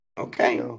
Okay